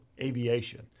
aviation